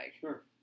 Sure